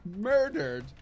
murdered